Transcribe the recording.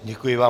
Děkuji vám.